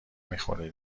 میخوره